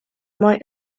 might